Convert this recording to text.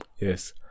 Yes